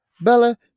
Bella